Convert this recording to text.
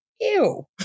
ew